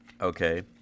Okay